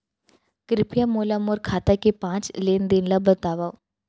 कृपया मोला मोर खाता के पाँच लेन देन ला देखवाव